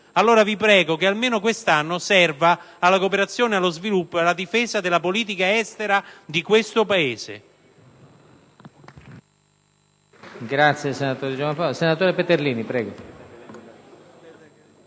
fare in modo che almeno quest'anno serva alla cooperazione allo sviluppo e alla difesa della politica estera di questo Paese.